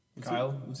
Kyle